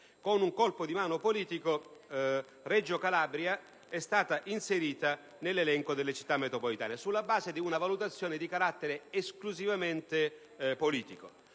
Con un colpo di mano politico, Reggio Calabria è stata inserita nell'elenco delle Città metropolitane, sulla base di una valutazione di carattere, lo ripeto, esclusivamente politico.